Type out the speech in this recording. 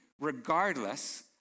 regardless